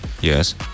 Yes